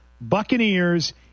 Buccaneers